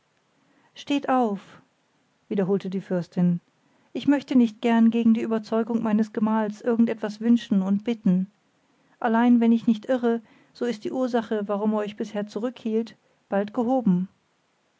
steht auf wiederholte die fürstin ich möchte nicht gern gegen die überzeugung meines gemahls irgend etwas wünschen und bitten allein wenn ich nicht irre so ist die ursache warum er euch bisher zurückhielt bald gehoben